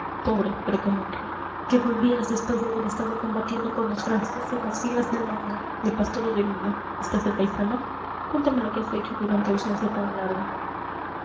pobre pero con honra que volvías después de haber estado combatiendo con los franceses en las filas de longa de pastor o de mina estás de paisano cuéntame lo que has hecho durante ausencia tan larga